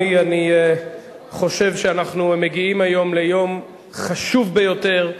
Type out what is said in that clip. אני חושב שאנחנו מגיעים היום ליום חשוב ביותר,